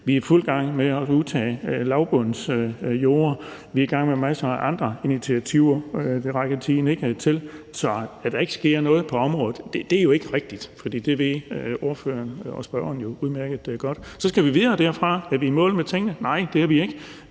Vi er i fuld gang med at udtage lavbundsjorder. Vi er i gang med masser af andre initiativer, men dem rækker taletiden ikke til at nævne. Så at der ikke sker noget på området, er jo ikke rigtigt, og det ved spørgeren udmærket godt. Så skal vi videre derfra. Er vi i mål med tingene? Nej, det er vi ikke.